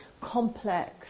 complex